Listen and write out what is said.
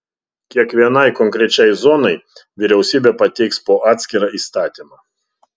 kiekvienai konkrečiai zonai vyriausybė pateiks po atskirą įstatymą